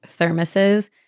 thermoses